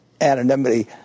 anonymity